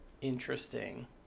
interesting